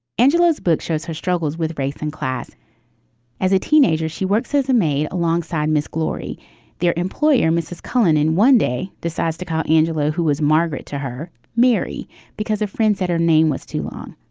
angeles book shows her struggles with race and class as a teenager. she works as a maid alongside miss glory their employer mrs. cullen in one day decides to count angela who is margaret to her mary because a friend said her name was too long.